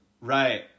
Right